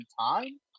time